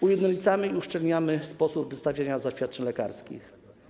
Ujednolicamy i uszczelniamy sposób wystawiania zaświadczeń lekarskich.